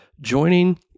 joining